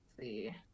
see